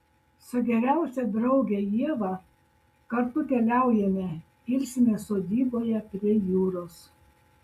su geriausia drauge ieva kartu keliaujame ilsimės sodyboje prie jūros